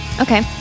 Okay